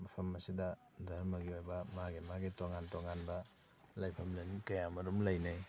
ꯃꯐꯝ ꯑꯁꯤꯗ ꯗꯔꯃꯒꯤ ꯑꯣꯏꯕ ꯃꯥꯒꯤ ꯃꯥꯒꯤ ꯇꯣꯉꯥꯟ ꯇꯣꯉꯥꯟꯕ ꯂꯥꯏꯐꯝ ꯂꯥꯏꯅꯤꯡ ꯀꯌꯥ ꯃꯔꯨꯝ ꯂꯩꯅꯩ